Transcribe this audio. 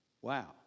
Wow